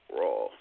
Raw